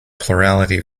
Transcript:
plurality